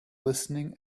listening